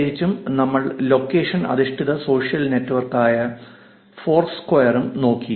പ്രത്യേകിച്ചും നമ്മൾ ലൊക്കേഷൻ അധിഷ്ഠിത സോഷ്യൽ നെറ്റ്വർക്കായ ഫോർസ്ക്വയറും നോക്കി